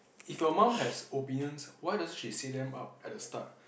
if your mum has opinions why doesn't she say them up at the start